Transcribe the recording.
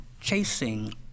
chasing